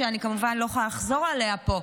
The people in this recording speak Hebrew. שאני כמובן לא יכולה לחזור עליה פה.